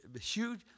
huge